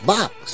Box